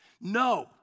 No